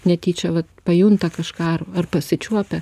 netyčia pajunta kažką ar ar pasičiuopia